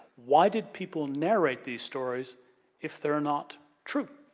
why did people narrate these stories if they're not true?